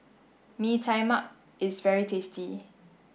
Mee Tai Mak is very tasty